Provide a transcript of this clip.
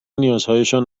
نیازهایشان